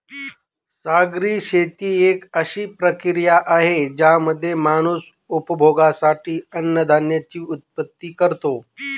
सागरी शेती एक अशी प्रक्रिया आहे ज्यामध्ये माणूस उपभोगासाठी अन्नधान्याची उत्पत्ति करतो